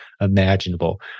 imaginable